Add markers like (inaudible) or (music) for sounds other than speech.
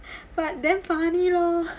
(breath) but damn funny lor